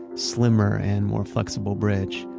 slimmer and more flexible bridge.